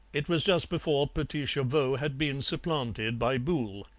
it was just before petits chevaux had been supplanted by boule.